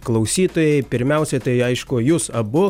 klausytojai pirmiausiai tai aišku jūs abu